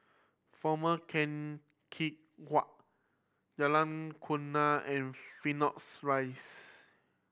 Former Keng Whay Jalan and Phoenix Rise